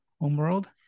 homeworld